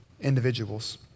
individuals